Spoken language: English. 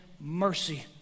mercy